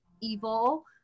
evil